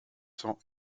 cents